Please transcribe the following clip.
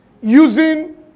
Using